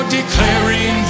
declaring